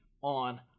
on